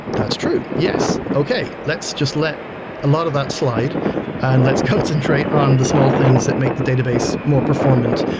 that's true. yes. okay, let's just let a lot of that slide and let's concentrate on the small things that make the database more performant.